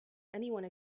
anyone